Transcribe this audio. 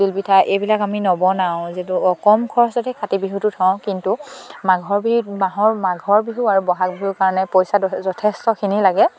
তিল পিঠা এইবিলাক আমি নবনাওঁ যিটো অকম খৰচতে কাতি বিহুটো থওঁ কিন্তু মাঘৰ বিহু মাহৰ মাঘৰ বিহু আৰু বহাগ বিহুৰ কাৰণে পইচা যথেষ্টখিনি লাগে